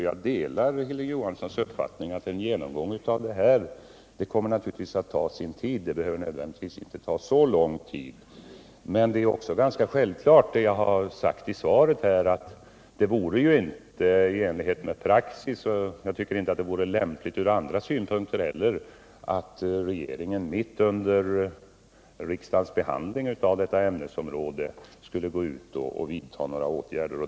Jag delar Hilding Johanssons uppfattning att en genomgång av denna fråga naturligtvis kommer att ta sin tid, men den behöver inte nödvändigtvis ta så lång tid som han angav. Vad jag har sagt i svaret är också ganska självklart, nämligen att det inte vore i enlighet med praxis — och jag tycker inte att det vore lämpligt ur andra synpunkter heller — om regeringen mitt under riksdagens behandling av detta ämnesområde skulle vidta några åtgärder.